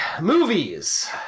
movies